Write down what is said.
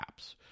apps